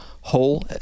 whole